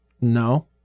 No